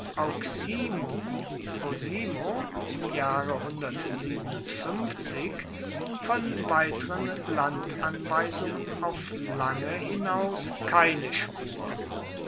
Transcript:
auximum osimo im jahre von weiteren landanweisungen auf lange hinaus keine spur